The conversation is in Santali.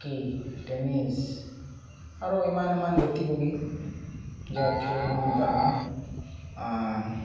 ᱦᱚᱠᱤ ᱴᱮᱱᱤᱥ ᱟᱨᱚ ᱮᱢᱟᱱ ᱮᱢᱟᱱ ᱜᱟᱛᱤ ᱠᱩᱜᱤ ᱡᱟᱦᱟᱸ ᱠᱷᱮᱞᱳᱰ ᱵᱚᱱ ᱢᱮᱛᱟᱜ ᱠᱟᱱᱟ